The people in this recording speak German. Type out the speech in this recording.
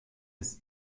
des